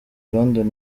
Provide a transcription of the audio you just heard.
london